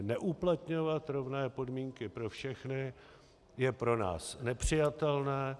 Neuplatňovat rovné podmínky pro všechny je pro nás nepřijatelné.